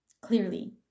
clearly